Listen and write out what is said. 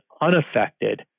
unaffected